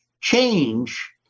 change